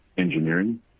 engineering